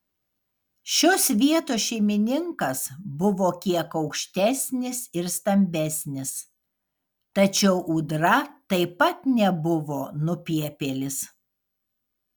šios vietos šeimininkas buvo kiek aukštesnis ir stambesnis tačiau ūdra taip pat nebuvo nupiepėlis